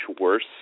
worse